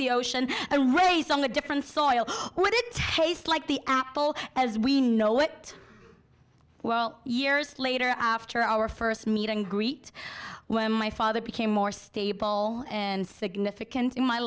the ocean and raised on a different soil what it tastes like the apple as we know it well years later after our first meeting greet when my father became more stable and significant in my